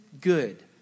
good